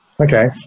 Okay